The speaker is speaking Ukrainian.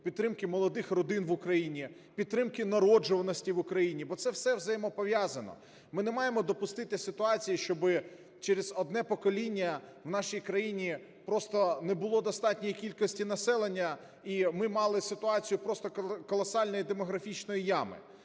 підтримки молодих родин в Україні, підтримки народжуваності в Україні. Бо це все взаємопов'язано. Ми не маємо допустити ситуацію, щоб через одне покоління в нашій країні просто не було достатньої кількості населення і ми мали ситуацію просто колосальної демографічної ями.